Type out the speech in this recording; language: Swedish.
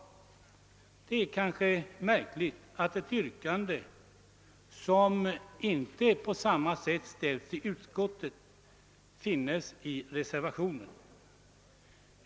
Det är kanske märkligt att ett yrkande som inte på samma sätt ställts i utskottet finns med i reservationen.